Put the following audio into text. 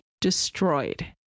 destroyed